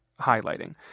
highlighting